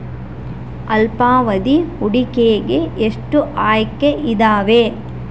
ಅಲ್ಪಾವಧಿ ಹೂಡಿಕೆಗೆ ಎಷ್ಟು ಆಯ್ಕೆ ಇದಾವೇ?